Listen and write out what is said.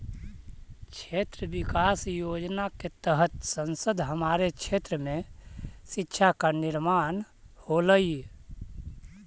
क्षेत्र विकास योजना के तहत संसद हमारे क्षेत्र में शिक्षा का निर्माण होलई